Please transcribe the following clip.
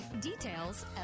Details